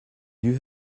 you